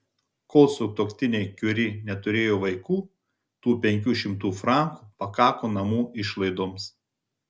kol sutuoktiniai kiuri neturėjo vaikų tų penkių šimtų frankų pakako namų išlaidoms